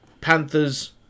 Panthers